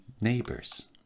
neighbors